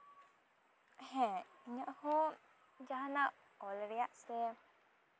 ᱦᱮᱸ ᱤᱧᱟᱹᱜ ᱦᱚᱸ ᱡᱟᱦᱟᱸᱱᱟᱜ ᱚᱞ ᱨᱮᱭᱟᱜ ᱥᱮ